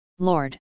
Lord